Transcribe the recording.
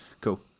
cool